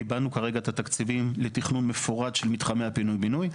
קיבלנו כרגע את התקציבים לתכנון מפורט של מתחמי פינוי בינוי.